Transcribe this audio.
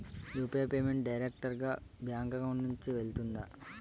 UPI payment direct గా bank account నుంచి వెళ్తుందా?